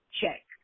check